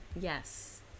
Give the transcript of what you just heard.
yes